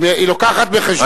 היא מביאה בחשבון יפה מאוד.